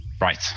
Right